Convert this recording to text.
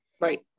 Right